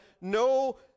no